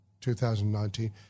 2019